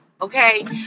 Okay